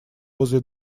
возле